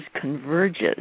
converges